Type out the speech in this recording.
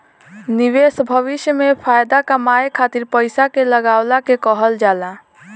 निवेश भविष्य में फाएदा कमाए खातिर पईसा के लगवला के कहल जाला